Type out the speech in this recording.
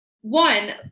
one